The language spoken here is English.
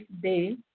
day